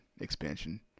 expansion